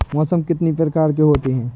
मौसम कितनी प्रकार के होते हैं?